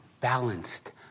balanced